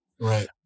Right